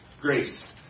grace